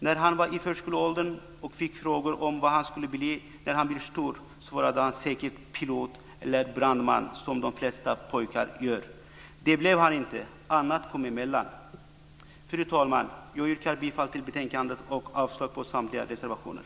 När han var i förskoleåldern och fick frågor om vad han skulle bli när han bli stor, svarade han säkert pilot eller brandman som de flesta pojkar gör. Det blev han inte. Annat kom emellan. Fru talman! Jag yrkar bifall till hemställan i betänkandet och avslag på samtliga reservationer.